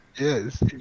Yes